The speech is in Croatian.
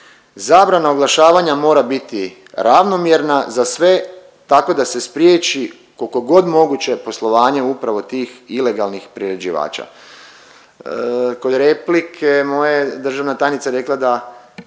Zabrana oglašavanja mora biti ravnomjerna za sve tako da se spriječi koliko je god moguće poslovanje upravo tih ilegalnih priređivača.